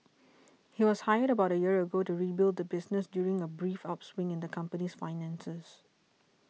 he was hired about a year ago to rebuild the business during a brief upswing in the company's finances